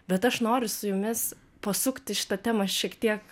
bet aš noriu su jumis pasukti šitą temą šiek tiek